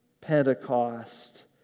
Pentecost